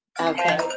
Okay